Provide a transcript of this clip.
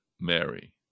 Mary